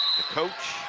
coach,